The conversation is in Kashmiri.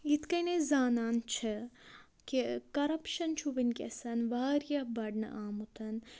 یِتھ کَنۍ أسۍ زانان چھِ کہِ کَرپشَن چھُ وٕنۍکٮ۪س واریاہ بَڑنہٕ آمُت